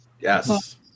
yes